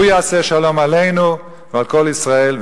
הוא יעשה שלום עלינו ועל כל ישראל,